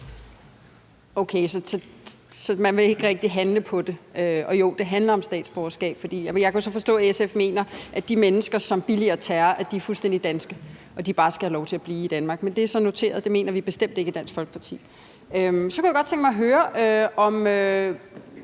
Okay, så man vil ikke rigtig handle på det? Og jo, det handler om statsborgerskab. Jeg kunne så forstå, at SF mener, at de mennesker, som billiger terror, er fuldstændig danske, og at de bare skal have lov til at blive i Danmark, men det er så noteret. Det mener vi bestemt ikke i Dansk Folkeparti. Så kunne jeg godt tænke mig at høre noget